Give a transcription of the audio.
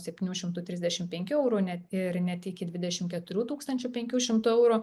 septynių šimtų trisdešim penkių eurų net ir net iki dvidešim keturių tūkstančių penkių šimtų eurų